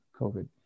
COVID